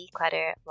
declutter